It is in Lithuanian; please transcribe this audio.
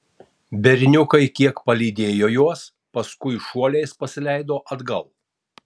berniukai kiek palydėjo juos paskui šuoliais pasileido atgal